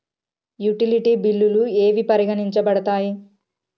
Utility బిల్లులు ఏవి పరిగణించబడతాయి?